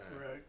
Right